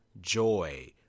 joy